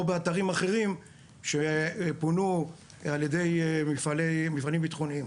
באתרים אחרים שפונו על ידי מפעלים ביטחוניים?